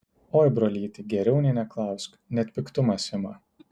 oi brolyti geriau nė neklausk net piktumas ima